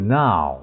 now